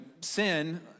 sin